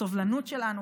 הסובלנות שלנו,